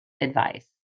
advice